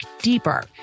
deeper